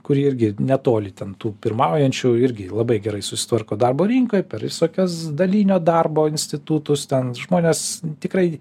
kurie irgi netoli ten tų pirmaujančių irgi labai gerai susitvarko darbo rinkoj per visokias dalinio darbo institutus ten žmonės tikrai